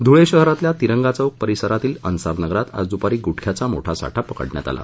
धुळे शहरातील तिरंगा चौक परिसरातील अन्सार नगरात आज दुपारी गुटख्याचा मोठा साठा पकडण्यात आला